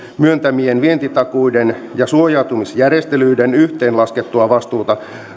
myöntämien vientitakuiden ja suojautumisjärjestelyiden yhteenlaskettua vastuuta